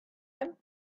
him